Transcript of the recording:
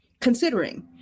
Considering